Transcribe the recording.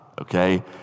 okay